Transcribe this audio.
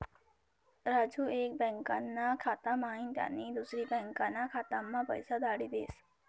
राजू एक बँकाना खाता म्हाईन त्यानी दुसरी बँकाना खाताम्हा पैसा धाडी देस